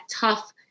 tough